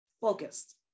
focused